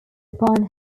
upon